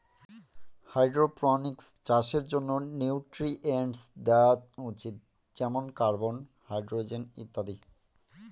hydroponics চাষের জন্য nutrients দেওয়া উচিত যেমন কার্বন, হাইড্রজেন ইত্যাদি